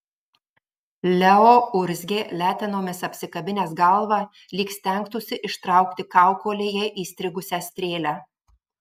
leo urzgė letenomis apsikabinęs galvą lyg stengtųsi ištraukti kaukolėje įstrigusią strėlę